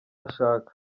ashaka